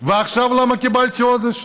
ועכשיו למה קיבלתי עונש?